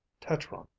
Tetron